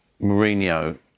Mourinho